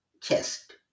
chest